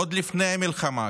עוד לפני המלחמה,